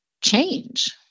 change